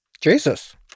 Jesus